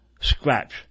scratch